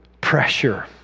pressure